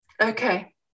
okay